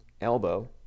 elbow